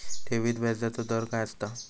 ठेवीत व्याजचो दर काय असता?